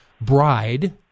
bride